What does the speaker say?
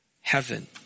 heaven